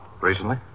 Recently